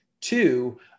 Two